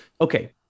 Okay